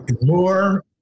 more